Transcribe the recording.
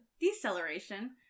deceleration